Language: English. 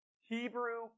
Hebrew